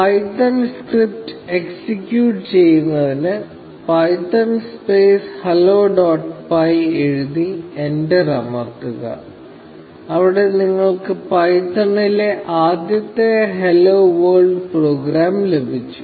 Python script execute ചെയ്യുന്നതിന് python space hello dot py എഴുതി enter അമർത്തുക ഇവിടെ നിങ്ങൾക്ക് പൈത്തണിലെ ആദ്യത്തെ ഹലോ വേൾഡ് പ്രോഗ്രാം ലഭിച്ചു